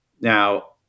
now